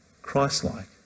Christ-like